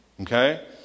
Okay